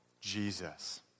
Jesus